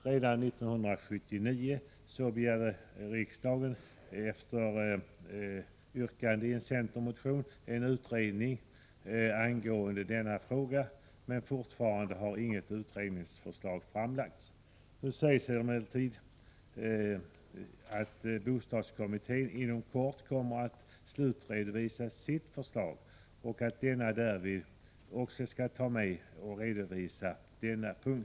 Redan 1979 begärde riksdagen, efter ett yrkande i en centermotion, en utredning angående denna fråga, men fortfarande har inget utredningsförslag framlagts. Nu sägs emellertid att bostadskommittén inom kort kommer att slutredovisa sitt förslag och att kommittén därvid också skall redovisa förslag på denna punkt.